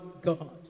God